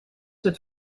het